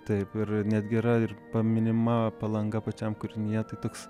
taip ir netgi yra ir paminima palanga pačiam kūrinyje tai toks